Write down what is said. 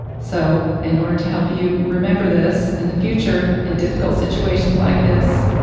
so, in order to help you remember this in the future in difficult situations like this,